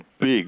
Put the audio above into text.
big